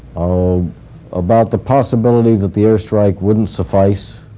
ah about the possibility that the air strike wouldn't suffice?